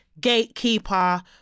gatekeeper